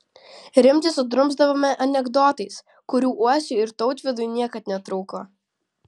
rimtį sudrumsdavome anekdotais kurių uosiui ir tautvydui niekad netrūko